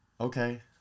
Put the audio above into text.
Okay